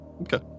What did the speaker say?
Okay